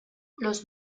los